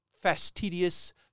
fastidious